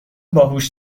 باهوش